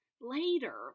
later